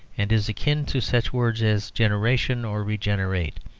and is akin to such words as generation or regenerate.